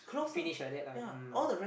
finish like that lah mm